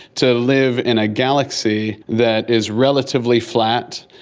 to live in a galaxy that is relatively flat,